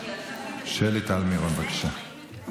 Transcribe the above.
שלי טל מירון, בבקשה.